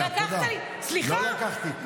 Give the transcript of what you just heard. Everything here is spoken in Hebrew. לא לקחתי.